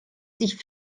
sich